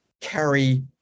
carry